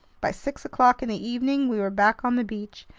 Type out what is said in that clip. by six o'clock in the evening, we were back on the beach.